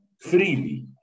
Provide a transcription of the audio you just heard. freely